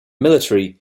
military